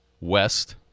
west